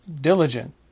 diligent